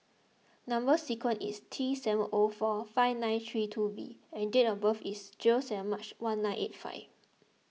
Number Sequence is T seven O four five nine three two V and date of birth is zero seven March one nine eight five